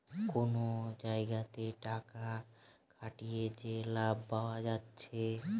কুনো জাগাতে টাকা খাটিয়ে যে লাভ পায়া যাচ্ছে